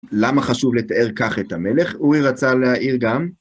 למה חשוב לתאר כך את המלך? אורי רצה להעיר גם.